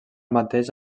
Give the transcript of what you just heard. mateix